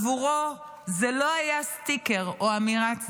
עבורו זה לא היה סטיקר או אמירה צדדית,